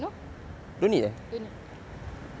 no no need